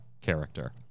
character